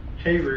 hey, ruby.